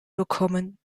bekommen